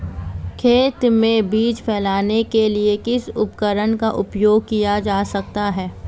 खेत में बीज फैलाने के लिए किस उपकरण का उपयोग किया जा सकता है?